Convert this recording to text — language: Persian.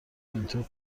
اینطور